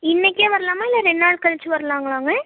இன்னைக்கே வரலாமா இல்லை ரெண்டு நாள் கழித்து வரலாம்ங்களா